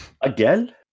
Again